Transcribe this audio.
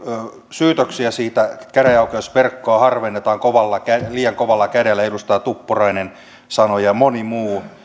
syytöksiä siitä että käräjäoikeusverkkoa harvennetaan liian kovalla kädellä näin edustaja tuppurainen sanoi ja moni muu